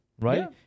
right